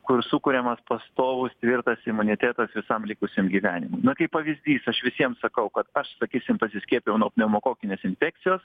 kur sukuriamas pastovus tvirtas imunitetas visam likusiam gyvenimui kaip pavyzdys aš visiem sakau kad aš sakysim pasiskiepijau nuo pneumokokinės infekcijos